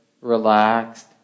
relaxed